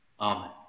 Amen